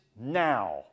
now